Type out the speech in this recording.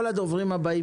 כל הדוברים הבאים,